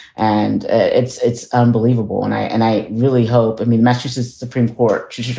and it's it's unbelievable. and i and i really hope i mean, massachusetts supreme court should should